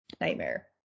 Nightmare